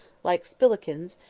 like spillikins,